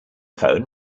phone